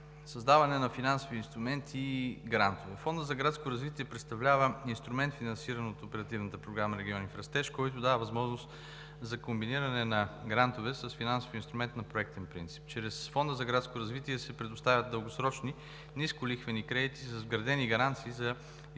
Създаване на финансови инструменти и грантове. Фондът за градско развитие представлява инструмент, финансиран от Оперативна програма „Региони в растеж“, който дава възможност за комбиниране на грантове с финансов инструмент на проектен принцип. Чрез Фонда за градско развитие се предоставят дългосрочни, нисколихвени кредити с вградени гаранции за използването